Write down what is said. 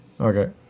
Okay